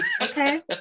Okay